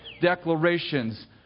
declarations